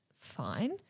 fine